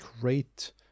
great